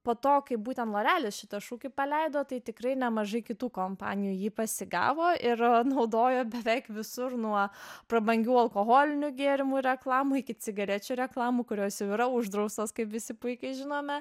po to kai būten lorealis šitą šūkį paleido tai tikrai nemažai kitų kompanijų jį pasigavo ir naudojo beveik visur nuo prabangių alkoholinių gėrimų reklamų iki cigarečių reklamų kurios jau yra uždraustos kaip visi puikiai žinome